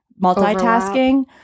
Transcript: multitasking